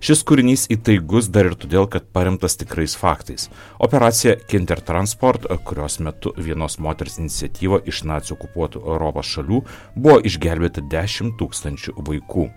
šis kūrinys įtaigus dar ir todėl kad paremtas tikrais faktais operacija kinter transport kurios metu vienos moters iniciatyva iš nacių okupuotų europos šalių buvo išgelbėta dešimt tūkstančių vaikų